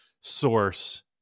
source